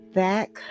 back